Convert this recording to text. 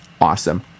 awesome